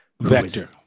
Vector